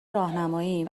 راهنماییم